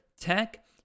Tech